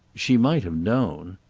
she might have known!